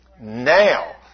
Now